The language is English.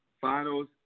finals